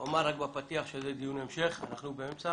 אומר רק בפתיח, שזה דיון המשך, אנחנו באמצע